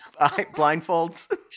Blindfolds